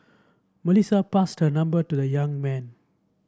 Melissa passed her number to the young man